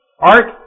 Art